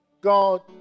God